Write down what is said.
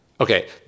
okay